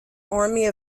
army